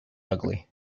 ugly